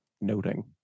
noting